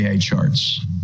charts